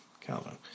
Calvin